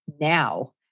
now